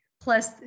plus